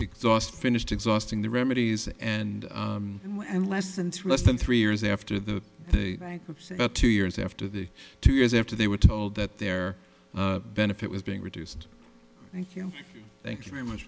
exhaust finished exhausting the remedies and and less and less than three years after the two years after the two years after they were told that their benefit was being reduced thank you thank you very much